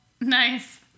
Nice